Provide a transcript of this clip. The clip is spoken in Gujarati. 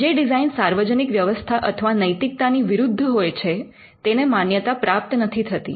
જે ડિઝાઇન સાર્વજનિક વ્યવસ્થા અથવા નૈતિકતા ની વિરુદ્ધ હોય છે તેને માન્યતા પ્રાપ્ત નથી થતી